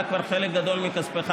אתה כבר שילמת חלק גדול מכספך.